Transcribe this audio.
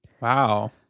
Wow